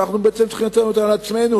שאנחנו בעצם צריכים אותם לעצמנו,